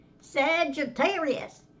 Sagittarius